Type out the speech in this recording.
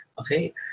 Okay